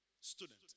student